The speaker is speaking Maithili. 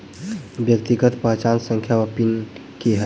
व्यक्तिगत पहचान संख्या वा पिन की है?